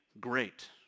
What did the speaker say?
great